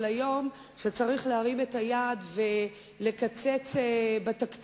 אבל היום, כשצריך להרים את היד ולקצץ בתקציב,